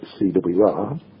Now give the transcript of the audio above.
CWR